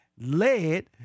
led